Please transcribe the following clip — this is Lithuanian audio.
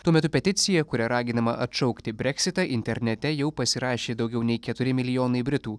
tuo metu peticiją kuria raginama atšaukti breksitą internete jau pasirašė daugiau nei keturi milijonai britų